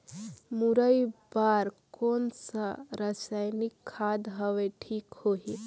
मुरई बार कोन सा रसायनिक खाद हवे ठीक होही?